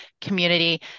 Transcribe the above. community